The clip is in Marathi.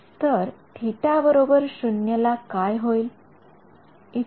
तर Ө 0 ला काय होईल